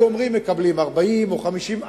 היו אומרים: מקבלים 40,000 או 50,000,